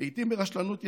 לעיתים ברשלנות יתרה,